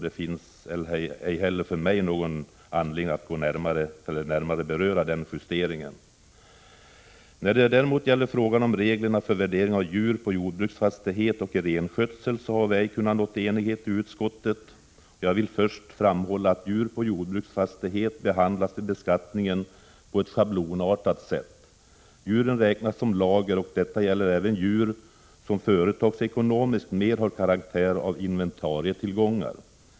Det finns därför inte heller någon anledning för mig att närmare beröra den frågan. När det däremot gäller frågan om reglerna för värdering av djur på jordbruksfastighet och i renskötsel har vi inte kunnat nå enighet i utskottet. Jag vill först framhålla att djur på jordbruksfastighet vid beskattningen behandlas på ett schablonartat sätt. Djuren räknas som lager, och det gäller även djur som företagsekonomiskt mer har karaktären av inventarietillgångar.